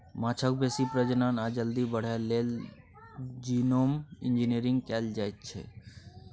माछक बेसी प्रजनन आ जल्दी बढ़य लेल जीनोम इंजिनियरिंग कएल जाएत छै